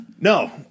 no